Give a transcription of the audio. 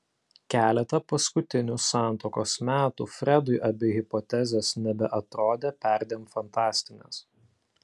keletą paskutinių santuokos metų fredui abi hipotezės nebeatrodė perdėm fantastinės